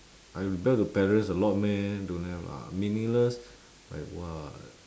I lie to parents a lot meh don't have lah meaningless like what